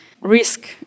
risk